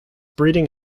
breeding